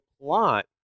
plot